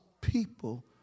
people